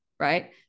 Right